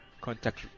contact